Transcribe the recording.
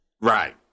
Right